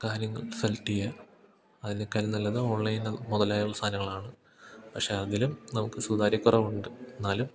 കാര്യങ്ങൾ സെലക്ട് ചെയ്യുക അതിനേക്കാൾ നല്ലത് ഓൺലൈനിൽ മുതലായുള്ള സാധനങ്ങളാണ് പക്ഷെ അതിലും നമുക്ക് സുതാര്യക്കുറവുണ്ട് എന്നാലും